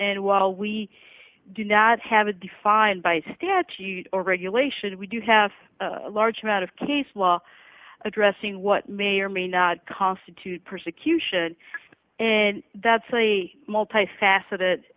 and while we do not have a defined by statute or regulation we do have a large amount of case law addressing what may or may not constitute persecution and that's a multi faceted